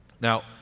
Now